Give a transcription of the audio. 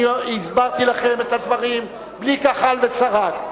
אני הסברתי לכם את הדברים בלי כחל ושרק,